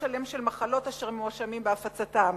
שלם של מחלות שהם מואשמים בהפצתן.